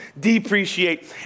depreciate